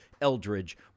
Eldridge